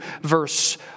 verse